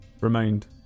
remained